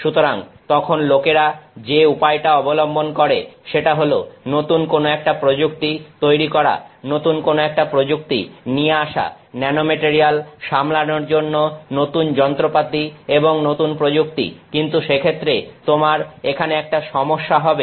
সুতরাং তখন লোকেরা যে উপায়টা অবলম্বন করে সেটা হল নতুন কোন একটা প্রযুক্তি তৈরি করা নতুন কোন একটা প্রযুক্তি নিয়ে আসা ন্যানোমেটারিয়াল সামলানোর জন্য নতুন যন্ত্রপাতি এবং নতুন প্রযুক্তি কিন্তু সেক্ষেত্রে তোমার এখানে একটা সমস্যা হবে